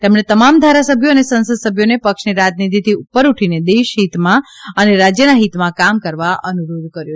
તેમણે તમામ ધારાસભ્યો અને સંસદ સભ્યોને પક્ષની રાજનીતિથી ઉપર ઉઠીને દેશહીતમાં અને રાજ્યના હીતમાં કામ કરવા અનુરોધ કર્યો